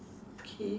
K